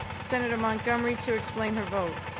senator montgomery to explain her vote.